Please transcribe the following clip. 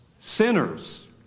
sinners